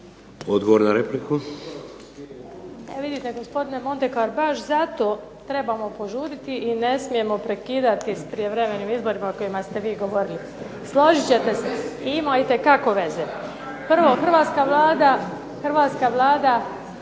Odgovor na repliku.